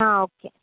okay